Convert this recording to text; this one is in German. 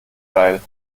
geil